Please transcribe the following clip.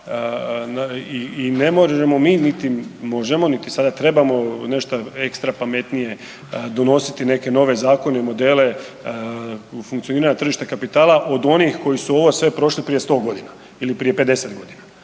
i ne možemo mi niti možemo niti sada trebamo nešta ekstra pametnije donositi neke nove zakone, modele u funkcioniranju tržišta kapitala od onih koji su ovo sve prošli prije 100 godina ili prije 50 godina,